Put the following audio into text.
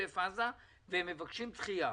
בעוטף עזה והם מבקשים דחייה.